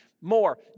more